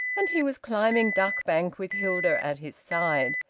and he was climbing duck bank with hilda at his side.